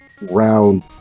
round